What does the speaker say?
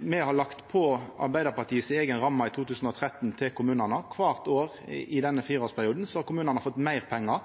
Me har lagt på Arbeidarpartiets eiga ramme til kommunane frå 2013 – kvart år i denne fireårsperioden har kommunane fått meir pengar.